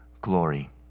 glory